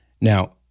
Now